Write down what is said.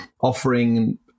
offering